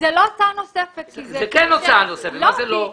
יהיה לו מנכ"ל.